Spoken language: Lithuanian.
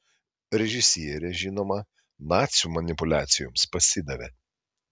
režisierė žinoma nacių manipuliacijoms pasidavė